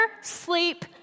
sleep